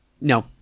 no